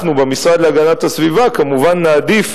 אנחנו במשרד להגנת הסביבה כמובן נעדיף